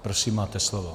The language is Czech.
Prosím, máte slovo.